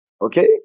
Okay